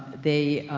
they,